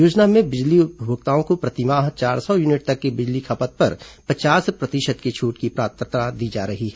योजना में बिजली उपभोक्ताओं को प्रतिमाह चार सौ यूनिट तक की बिजली खपत पर पचास प्रतिशत की छुट की पात्रता दी जा रही है